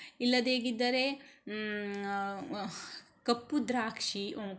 ಇಲ್ಲದೇ ಇದ್ದರೆ ಕಪ್ಪು ದ್ರಾಕ್ಷಿ